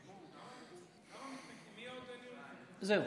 מי עוד, זהו.